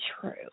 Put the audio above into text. true